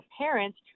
parents